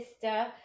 sister